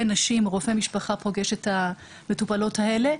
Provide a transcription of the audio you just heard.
נשים או רופא משפחה פוגש את המטופלות האלה,